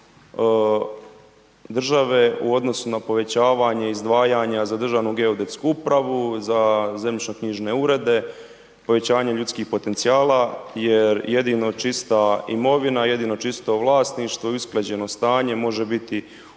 države u odnosu na povećavanje izdvajanja za Državnu geodetsku upravu, za zemljišnoknjižne urede, povećanje ljudskih potencijala jer jedino čista imovina, jedino čisto vlasništvo i usklađeno stanje može biti u